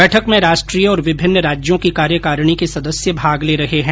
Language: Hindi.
बैठक में राष्ट्रीय और विभिन्न राज्यों की कार्यकारिणी के सदस्य भाग ले रहे है